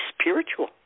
spiritual